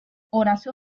horacio